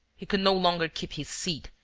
he could no longer keep his seat,